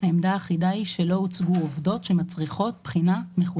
העמדה האחידה היא שלא הוצגו עובדות שמצריכות בחינה מחודשת.